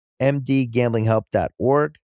mdgamblinghelp.org